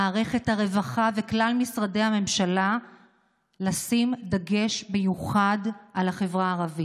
ממערכת הרווחה ומכלל משרדי הממשלה לשים דגש מיוחד על החברה הערבית.